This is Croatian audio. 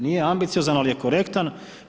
Nije ambiciozan, ali je korektan.